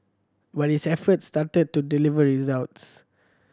but his efforts started to deliver results